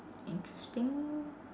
interesting